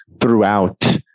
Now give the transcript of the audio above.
throughout